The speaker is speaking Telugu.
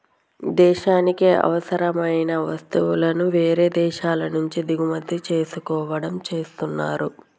దేశానికి అవసరమైన వస్తువులను వేరే దేశాల నుంచి దిగుమతి చేసుకోవడం చేస్తున్నరు